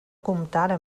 comptara